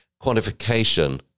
quantification